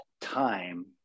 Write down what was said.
time